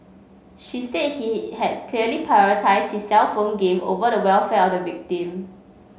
she said he had clearly prioritised his cellphone game over the welfare of the victim